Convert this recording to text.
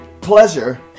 pleasure